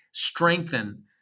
strengthen